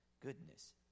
goodness